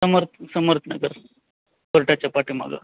समर्थ समर्थ नगर कोर्टाच्या पाठी मागे